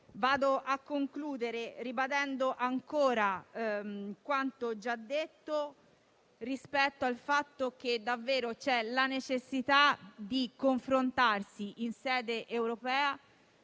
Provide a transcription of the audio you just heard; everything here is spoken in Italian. avvio a concludere, ribadendo ancora quanto già detto rispetto al fatto che c'è davvero la necessità di confrontarsi in sede europea